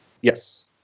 yes